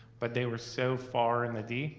but they were so far in the d that,